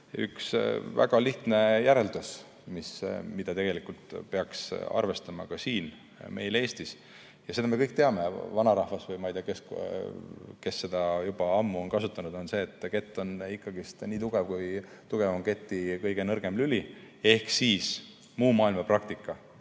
üks väga lihtne järeldus, mida tegelikult peaks arvestama ka siin, meil Eestis, ja seda me kõik teame – vanarahvas või ma ei tea, kes seda juba ammu on kasutanud –, see on see, et kett on ikkagi nii tugev, kui tugev on keti kõige nõrgem lüli. Ehk muu maailma praktika